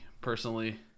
personally